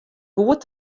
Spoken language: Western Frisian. goed